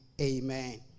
Amen